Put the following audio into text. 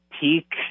peak